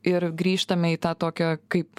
ir grįžtame į tą tokią kaip